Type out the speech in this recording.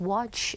Watch